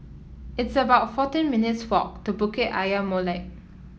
it's about fourteen minutes' walk to Bukit Ayer Molek